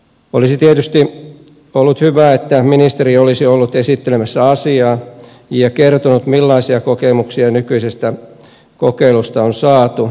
olisi tietysti ollut hyvä että ministeri olisi ollut esittelemässä asiaa ja kertonut millaisia kokemuksia nykyisestä kokeilusta on saatu